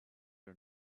are